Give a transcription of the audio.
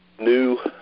new